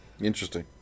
Interesting